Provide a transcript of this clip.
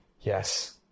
Yes